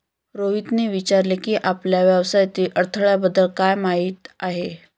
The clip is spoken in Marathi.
रोहितने विचारले की, आपल्याला व्यवसायातील अडथळ्यांबद्दल काय माहित आहे?